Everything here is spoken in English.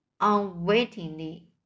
unwittingly